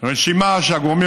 רשימה של קווים מוצעים,